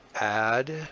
Add